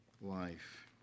life